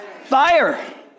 fire